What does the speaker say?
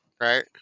Right